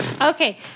Okay